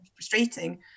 frustrating